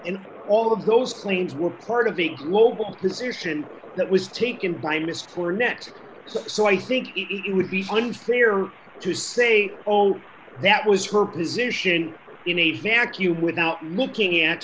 in all of those claims were part of the global position that was taken by ms for net so i think it would be unfair to say all that was her position in a vacuum without looking at